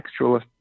textualist